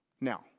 Now